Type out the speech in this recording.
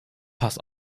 pass